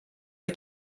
ich